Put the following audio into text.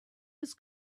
his